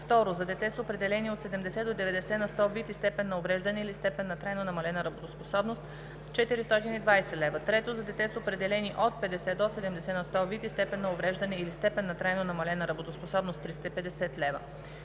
2. за дете с определени от 70 до 90 на сто вид и степен на увреждане или степен на трайно намалена работоспособност – 420 лв.; 3. за дете с определени от 50 до 70 на сто вид и степен на увреждане или степен на трайно намалена работоспособност – 350 лв.